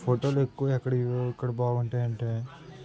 ఫోటోలు ఎక్కువ ఎక్కడ ఎక్కడ బాగుంటాయి అంటే